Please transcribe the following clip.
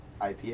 IPA